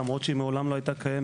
למרות שהיא מעולם לא היתה קיימת,